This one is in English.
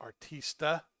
artista